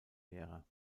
lehrer